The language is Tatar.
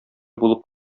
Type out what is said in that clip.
булып